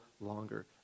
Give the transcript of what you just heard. longer